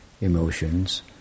emotions